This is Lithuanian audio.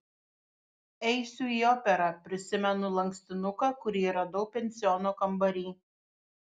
eisiu į operą prisimenu lankstinuką kurį radau pensiono kambary